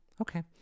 Okay